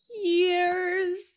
years